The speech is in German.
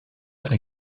eine